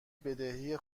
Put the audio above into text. بدهی